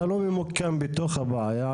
אתה לא ממוקם בתוך הבעיה,